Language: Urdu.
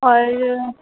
اور